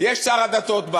יש שר הדתות.